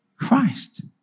Christ